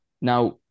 Now